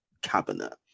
cabinet